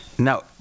Now